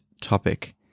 topic